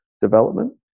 development